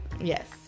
Yes